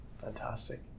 Fantastic